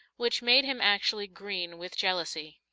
which made him actually green with jealousy.